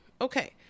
Okay